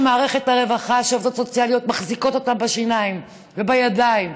שמערכת הרווחה שעובדות סוציאליות מחזיקות אותה בשיניים ובידיים,